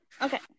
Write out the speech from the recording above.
Okay